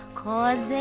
cause